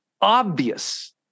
obvious